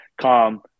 calm